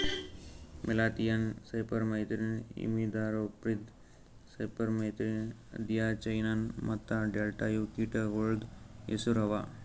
malathion, cypermethrin, imidacloprid, permethrin, diazinon ಮತ್ತ delta ಇವು ಕೀಟಗೊಳ್ದು ಹೆಸುರ್ ಅವಾ